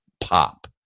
pop